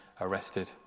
arrested